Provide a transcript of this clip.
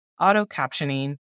auto-captioning